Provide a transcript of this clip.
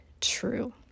true